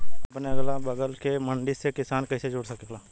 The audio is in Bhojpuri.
अपने अगला बगल के मंडी से किसान कइसे जुड़ सकेला?